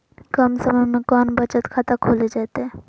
कम समय में कौन बचत खाता खोले जयते?